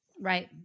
Right